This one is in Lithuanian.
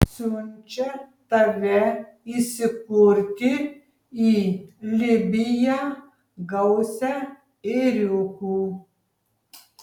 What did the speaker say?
siunčia tave įsikurti į libiją gausią ėriukų